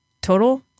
total